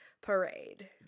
Parade